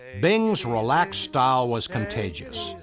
bing's relaxed style was contagious.